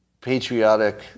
patriotic